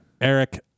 Eric